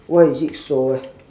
why is it so eh